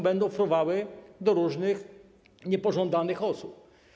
Będą fruwały do różnych niepożądanych osób.